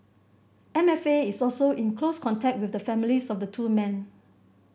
M F A is also in close contact with the families of the two men